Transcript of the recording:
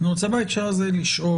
אני רוצה בהקשר הזה לשאול,